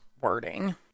wording